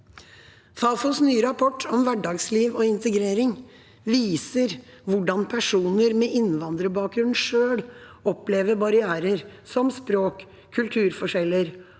Fafos nye rapport, Hverdagsliv og integrering, viser hvordan personer med innvandrerbakgrunn selv opplever barrierer som språk, kulturforskjeller,